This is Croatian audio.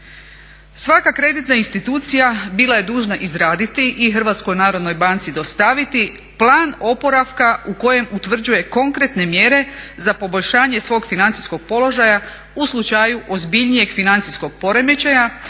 Svaka kreditna institucija bila je dužna izraditi i HNB-u dostaviti plan oporavka u kojem utvrđuje konkretne mjere za poboljšanje svog financijskog položaja u slučaju ozbiljnijeg financijskog poremećaja